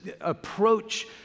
approach